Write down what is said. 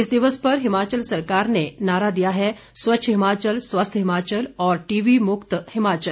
इस दिवस पर हिमाचल सरकार ने नारा दिया है स्वच्छ हिमाचल स्वस्थ हिमाचल और टीबी मुक्त हिमाचल